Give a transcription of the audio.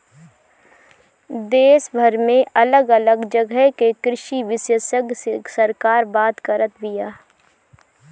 देशभर में अलग अलग जगह के कृषि विशेषग्य से सरकार बात करत बिया